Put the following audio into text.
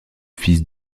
fils